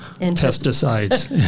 pesticides